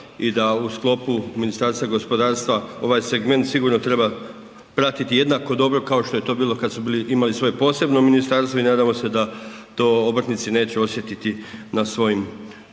i da u sklopu Ministarstva gospodarstva ovaj segment sigurno treba pratiti jednako dobro kao što je to bilo kada su imali svoje posebno ministarstvo i nadamo se da to obrtnici neće osjetiti na svom